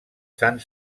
sant